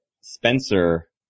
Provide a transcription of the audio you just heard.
Spencer